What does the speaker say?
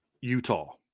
Utah